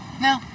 No